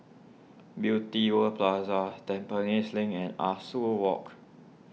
Beauty World Plaza Tampines Link and Ah Soo Walk